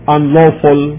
unlawful